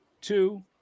two